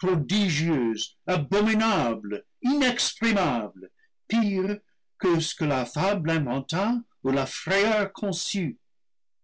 prodigieuses abominables inexprimables et pires que ce que la fable inventa ou la frayeur conçut